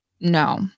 No